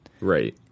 right